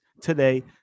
today